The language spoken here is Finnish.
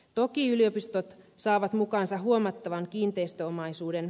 toki yliopistot saavat mukaansa huomattavan kiinteistöomaisuuden